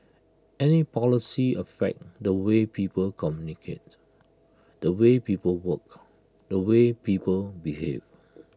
any policies affect the way people communicate the way people work the way people behave